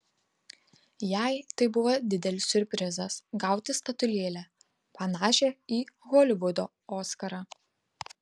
jai tai buvo didelis siurprizas gauti statulėlę panašią į holivudo oskarą